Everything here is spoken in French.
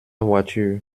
voiture